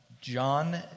John